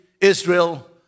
Israel